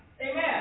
amen